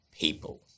people